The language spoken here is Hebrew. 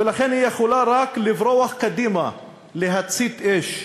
ולכן היא יכולה רק לברוח קדימה, להצית אש.